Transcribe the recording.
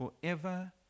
forever